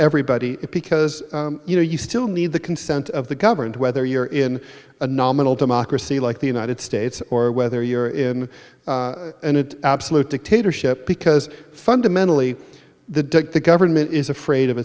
everybody because you know you still need the consent of the governed whether you're in a nominal democracy like the united states or whether you're in absolute dictatorship because fundamentally the dick the government is afraid of